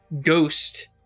ghost